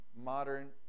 modern